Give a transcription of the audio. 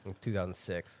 2006